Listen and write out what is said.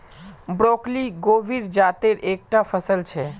broccoli गोभीर जातेर एक टा फसल छे